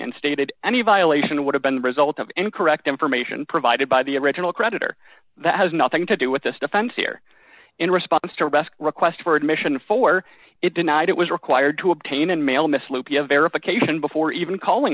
and stated any violation would have been the result of incorrect information provided by the original creditor that has nothing to do with this defense here in response to best request for admission for it denied it was required to obtain and mail miss lupi a verification before even calling